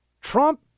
Trump